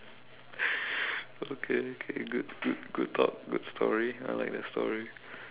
okay okay good good good talk good story I like that story